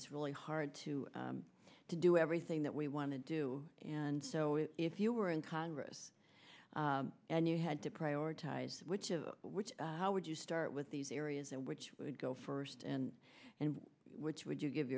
it's really hard to to do everything that we want to do and so if you were in congress and you had to prioritize which of which how would you start with these areas and which would go first and and which would you give